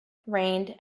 rained